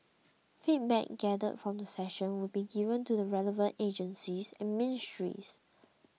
feedback gathered from the session will be given to the relevant agencies and ministries